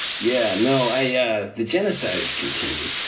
yeah, no, i the genocide has continued.